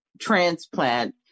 transplant